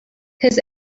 his